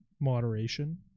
moderation